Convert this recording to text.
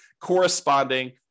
corresponding